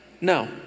No